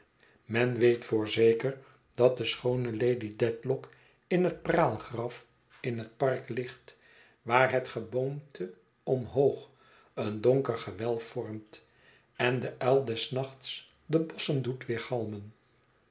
men weet voorzeker dat de schoone lady dedlock in het praalgraf in het park ligt waar het geboomte omhoog een donker gewelf vormt en de uil des nachts de bosschen doet